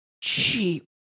cheap